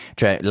Cioè